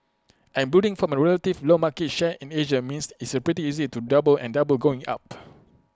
and building from A relatively low market share in Asia means it's pretty easy to double and double going up